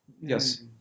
Yes